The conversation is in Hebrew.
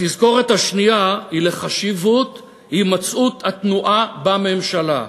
התזכורת השנייה היא לחשיבות הימצאות התנועה בממשלה.